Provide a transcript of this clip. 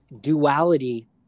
duality